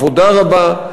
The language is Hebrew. עבודה רבה.